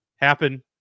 Happen